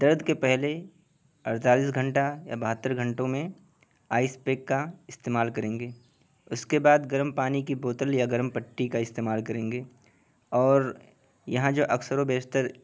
درد کے پہلے اڑتالیس گھنٹہ یا بہتر گھنٹوں میں آئس پیک کا استعمال کریں گے اس کے بعد گرم پانی کی بوتل یا گرم پٹی کا استعمال کریں گے اور یہاں جو اکثر و بیشتر